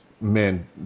men